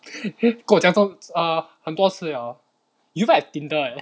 跟我讲过 err 很多次了 you even have tinder eh